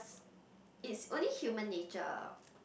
it's only human nature